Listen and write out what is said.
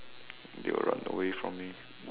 they will run away from me